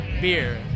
beer